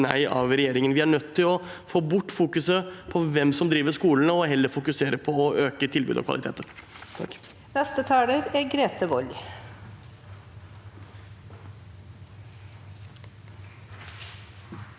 Vi er nødt til å gå bort fra å fokusere på hvem som driver skolene, og heller fokusere på å øke tilbudet og kvaliteten.